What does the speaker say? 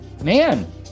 Man